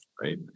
Right